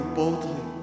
boldly